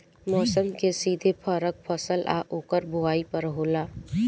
मौसम के सीधे फरक फसल आ ओकर बोवाई पर होला